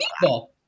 People